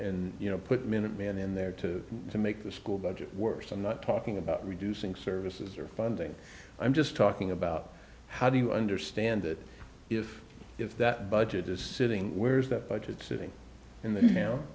and you know put minuteman in there to to make the school budget worse i'm not talking about reducing services or funding i'm just talking about how do you understand it if if that budget is sitting where is that budget sitting in the